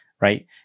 Right